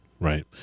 Right